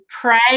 pray